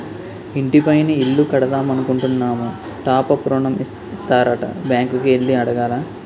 ఇంటి పైన ఇల్లు కడదామనుకుంటున్నాము టాప్ అప్ ఋణం ఇత్తారట బ్యాంకు కి ఎల్లి అడగాల